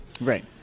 Right